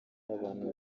abantu